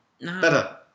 Better